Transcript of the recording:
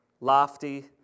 lofty